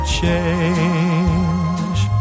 change